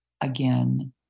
again